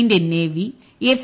Indian navy F